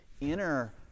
inner